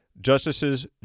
justices